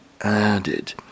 added